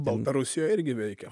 baltarusijoj irgi veikia